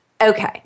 Okay